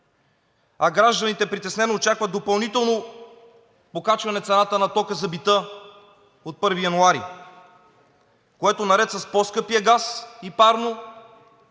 а гражданите притеснено очакват допълнително покачване цената на тока за бита от 1 януари, което, наред с по-скъпия газ и парно,